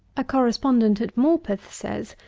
a correspondent at morpeth says,